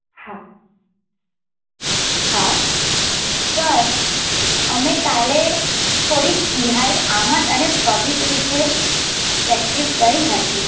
હા હા સર અમે કાલે થોડીક તિહાઈ આમદ અને કવિત વિષે પ્રેક્ટીસ કરી હતી